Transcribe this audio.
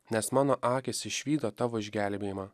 nes mano akys išvydo tavo išgelbėjimą